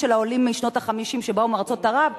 של העולים משנות ה-50 שבאו מארצות ערב,